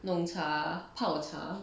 弄茶泡茶